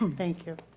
um thank you.